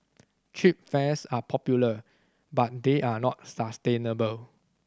cheap fares are popular but they are not sustainable